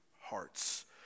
hearts